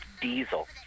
Diesel